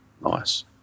Nice